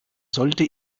sollte